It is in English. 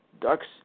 Ducks